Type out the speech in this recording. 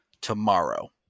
tomorrow